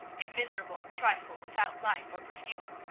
a miserable trifle without life or perfume.